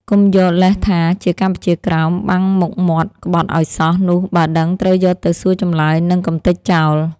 កុំយកលេសថាជាកម្ពុជាក្រោម បាំងមុខមាត់ក្បត់ឱ្យសោះ នោះបើដឹងត្រូវយកទៅសួរចម្លើយ និងកំទេចចោល។